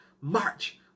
march